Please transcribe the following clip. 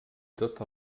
tot